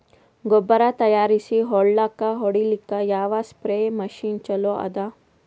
ಗೊಬ್ಬರ ತಯಾರಿಸಿ ಹೊಳ್ಳಕ ಹೊಡೇಲ್ಲಿಕ ಯಾವ ಸ್ಪ್ರಯ್ ಮಷಿನ್ ಚಲೋ ಅದ?